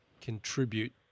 contribute